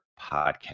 podcast